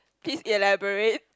please elaborate